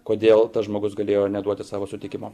kodėl tas žmogus galėjo neduoti savo sutikimo